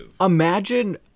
Imagine